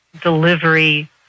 delivery